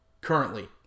Currently